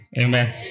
amen